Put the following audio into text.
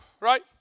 right